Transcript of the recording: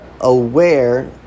aware